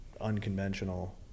unconventional